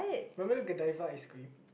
remember the ice cream